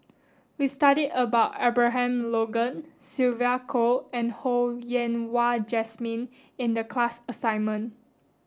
we studied about Abraham Logan Sylvia Kho and Ho Yen Wah Jesmine in the class assignment